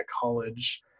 college